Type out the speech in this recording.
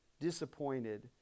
disappointed